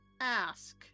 ask